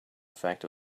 effect